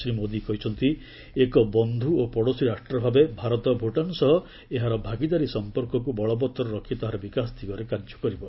ଶ୍ରୀ ମୋଦି କହିଛନ୍ତି ଏକ ବନ୍ଧୁ ଓ ପଡ଼ୋଶୀ ରାଷ୍ଟ୍ରଭାବେ ଭାରତ ଭୁଟାନ ସହ ଏହାର ଭାଗିଦାରୀ ସମ୍ପର୍କକୁ ବଳବତ୍ତର ରଖି ତାହାର ବିକାଶ ଦିଗରେ କାର୍ଯ୍ୟ କରିବ